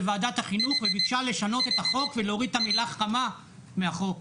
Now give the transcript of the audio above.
לוועדת החינוך וביקשה לשנות את החוק ולהוריד את המילה "חמה" מהחוק.